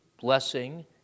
blessing